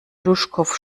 duschkopf